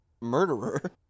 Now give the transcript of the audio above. murderer